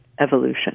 evolution